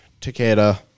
Takeda